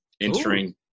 entering